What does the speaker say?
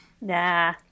Nah